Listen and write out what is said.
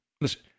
Listen